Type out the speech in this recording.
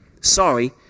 Sorry